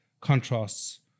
contrasts